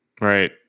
Right